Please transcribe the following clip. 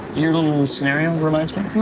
your little scenario reminds me